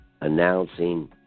announcing